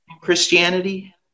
Christianity